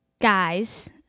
guy's